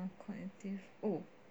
the corrective oh